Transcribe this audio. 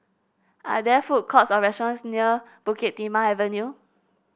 are there food courts or restaurants near Bukit Timah Avenue